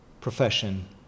profession